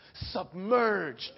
submerged